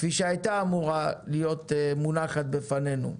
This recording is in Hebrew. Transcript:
כפי שהייתה אמורה להיות מונחת בפנינו.